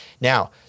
Now